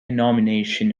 nomination